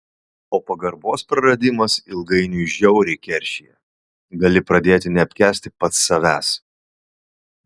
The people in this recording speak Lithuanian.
o pagarbos praradimas ilgainiui žiauriai keršija gali pradėti neapkęsti pats savęs